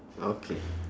okay